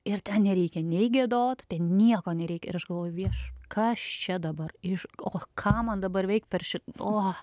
ir ten nereikia nei giedot nieko nereikia ir aš galvoju viešp kas čia dabar iš o ką man dabar veikt per šit o